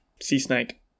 Sea-snake